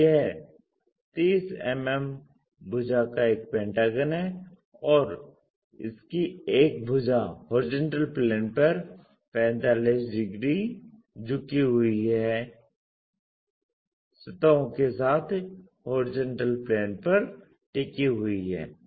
तो यह 30 mm भुजा का एक पेंटागन है और इसकी एक भुजा HP पर 45 डिग्री झुकी हुई सतहों के साथ HP पर टिकी हुई है